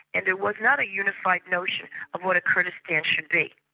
and there was not a unified notion of what kurdistan should be.